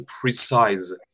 precise